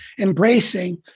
embracing